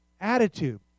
attitude